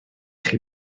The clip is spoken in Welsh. ichi